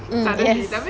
mm yes